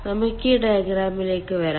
നമുക്ക് ഈ ഡയഗ്രാമിലേക്ക് വരാം